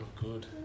Good